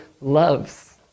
loves